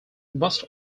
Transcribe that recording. must